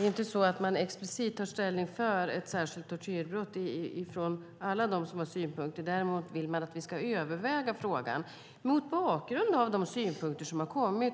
inte så att alla som har synpunkter explicit tar ställning för en särskild tortyrbrottsrubricering. Däremot vill de att vi ska överväga frågan mot bakgrund av de synpunkter som har kommit.